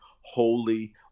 holy